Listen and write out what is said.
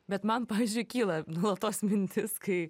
bet man pavyzdžiui kyla nu tos mintys kai